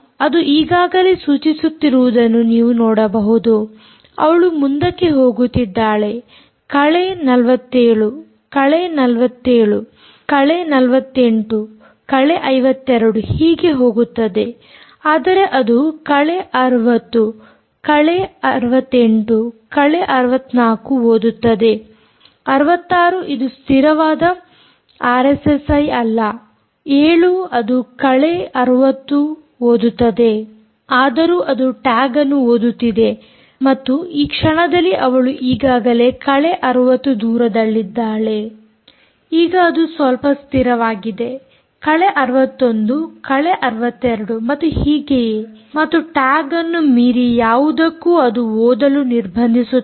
ಅದು ಈಗಾಗಲೇ ಸೂಚಿಸುತ್ತಿರುವುದನ್ನು ನೀವು ನೋಡಬಹುದು ಅವಳು ಮುಂದಕ್ಕೆ ಹೋಗುತ್ತಿದ್ದಾಳೆ ಕಳೆ 47 ಕಳೆ 47 ಕಳೆ 48 ಕಳೆ 52 ಹೀಗೆ ಹೋಗುತ್ತದೆ ಆದರೆ ಅದು ಕಳೆ 60 ಕಳೆ 68 ಕಳೆ 64 ಓದುತ್ತದೆ 66 ಅದು ಸ್ಥಿರವಾದ ಆರ್ಎಸ್ಎಸ್ಐ ಅಲ್ಲ 7 ಅದು ಕಳೆ 60 ಓದುತ್ತದೆ ಆದರೂ ಅದು ಟ್ಯಾಗ್ಅನ್ನು ಓದುತ್ತಿದೆ ಮತ್ತು ಈ ಕ್ಷಣದಲ್ಲಿ ಅವಳು ಈಗಾಗಲೇ ಕಳೆ 60 ದೂರದಲ್ಲಿದ್ದಾಳೆ ಈಗ ಅದು ಸ್ವಲ್ಪ ಸ್ಥಿರವಾಗಿದೆ ಕಳೆ 61 ಕಳೆ 62 ಮತ್ತು ಹೀಗೆಯೇ ಮತ್ತು ಟ್ಯಾಗ್ ಅನ್ನು ಮೀರಿ ಯಾವುದನ್ನೂ ಅದು ಓದಲು ನಿರ್ಬಂಧಿಸುತ್ತದೆ